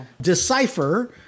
decipher